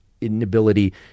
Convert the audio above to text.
inability